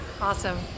Awesome